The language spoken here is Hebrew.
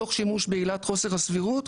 תוך שימוש בעילת חוסר הסבירות,